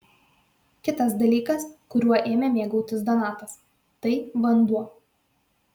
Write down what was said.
kitas dalykas kuriuo ėmė mėgautis donatas tai vanduo